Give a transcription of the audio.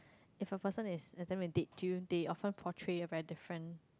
if a person is attempt to date you they often portray a very different